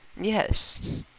Yes